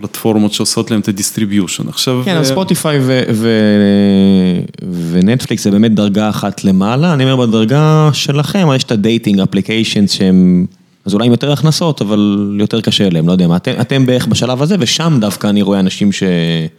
פלטפורמות שעושות להם את ה-distribution, עכשיו... כן, אז ספוטיפיי ונטפליקס זה באמת דרגה אחת למעלה, אני אומר, בדרגה שלכם, יש את הדייטינג אפליקיישנס שהם, אז אולי עם יותר הכנסות, אבל יותר קשה להם, לא יודע מה. אתם בערך בשלב הזה, ושם דווקא אני רואה אנשים ש...